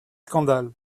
scandales